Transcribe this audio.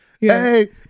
hey